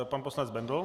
Pan poslanec Bendl.